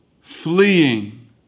fleeing